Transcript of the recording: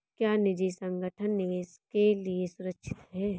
क्या निजी संगठन निवेश के लिए सुरक्षित हैं?